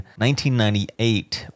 1998